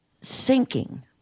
sinking